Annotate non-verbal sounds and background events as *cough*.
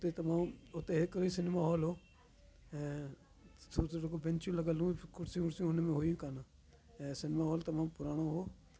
उते तमामु उते हिकु ई सिनेम हॉल हुओ ऐं *unintelligible* बैंचूं लॻल हुयूं कुर्सियूं वुर्सियूं उन में हुयूं कोन ऐं सिनेमा हॉल तमामु पुराणो हुओ